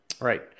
Right